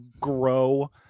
grow